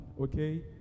okay